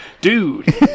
Dude